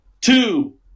two